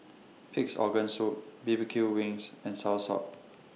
Pig'S Organ Soup B B Q Chicken Wings and Soursop